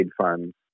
funds